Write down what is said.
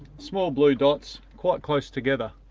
small blue dots quite close together.